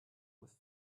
with